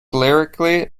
lyrically